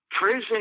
Prison